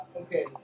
Okay